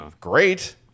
great